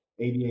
ABA